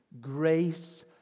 grace